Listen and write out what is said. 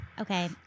Okay